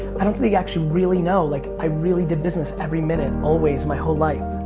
i don't think actually really know like i really did business every minute, always my whole life.